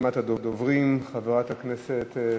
רשימת הדוברים: חברת הכנסת,